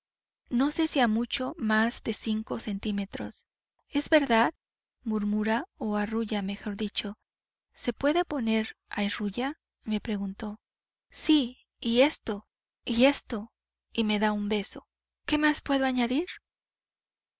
no sé si a mucho más de cinco centímetros es verdad murmura o arrulla mejor dicho se puede poner arrulla le pregunto sí y esto y esto y me da un beso qué más puedo añadir